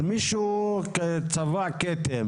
לא היה משהו שיכולנו להגיד שאנחנו מתנגדים לו.